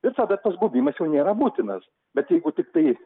ir tada tas baubimas jau nėra būtinas bet jeigu tiktai